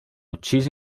uccisi